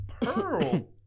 pearl